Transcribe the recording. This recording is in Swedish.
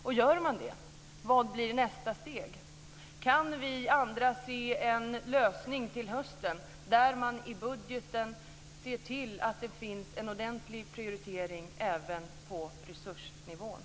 Om man gör det, vad blir då nästa steg? Kan vi andra se en lösning till hösten, där man i budgeten ser till att det finns en ordentlig prioritering även på resursnivån?